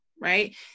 Right